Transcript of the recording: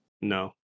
No